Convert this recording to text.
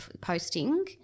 posting